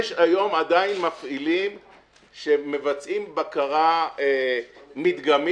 יש היום עדיין מפעילים שמבצעים בקרה מדגמית,